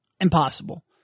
impossible